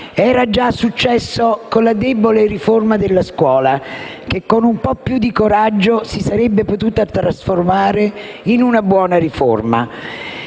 Era già successo con la debole riforma sulla scuola, che con un po' più di coraggio si sarebbe potuta trasformare in una buona riforma,